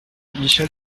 michel